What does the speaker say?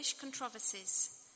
controversies